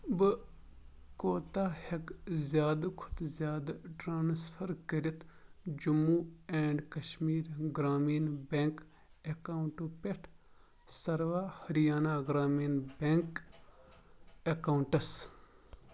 بہٕ کوتاہ ہٮ۪کہٕ زیادٕ کھۄتہٕ زیادٕ ٹرٛانسفَر کٔرِتھ جموں اینٛڈ کشمیٖر گرٛامیٖن بٮ۪نٛک اٮ۪کاوُنٛٹو پٮ۪ٹھ سروا ۂریانہ گرٛامیٖن بٮ۪نٛک اٮ۪کاوُنٛٹَس